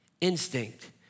instinct